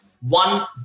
one